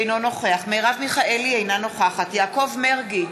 אינו נוכח מרב מיכאלי, אינה נוכחת יעקב מרגי,